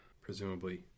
presumably